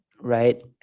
right